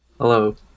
Hello